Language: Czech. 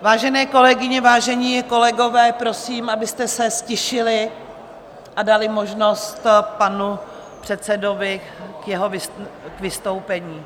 Vážené kolegyně, vážení kolegové, prosím, abyste se ztišili a dali možnost panu předsedovi k vystoupení.